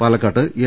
Palakkad L